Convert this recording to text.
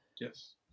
Yes